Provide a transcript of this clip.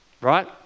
right